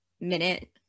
minute